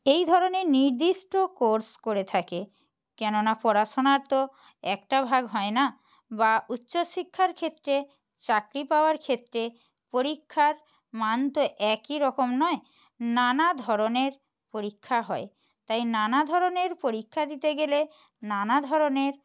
এই ধরনের নির্দিষ্ট কোর্স করে থাকে কেননা পড়াশোনার তো একটা ভাগ হয় না বা উচ্চশিক্ষার ক্ষেত্রে চাকরি পাওয়ার ক্ষেত্রে পরীক্ষার মান তো একই রকম নয় নানা ধরনের পরীক্ষা হয় তাই নানা ধরনের পরীক্ষা দিতে গেলে নানা ধরনের